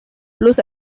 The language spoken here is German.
bloß